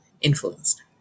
influenced